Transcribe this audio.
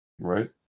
Right